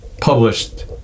published